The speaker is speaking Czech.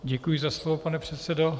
Děkuji za slovo, pane předsedo.